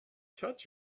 touch